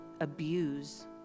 abuse